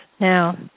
now